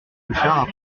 pluchart